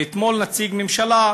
אתמול נציג ממשלה,